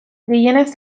gehienez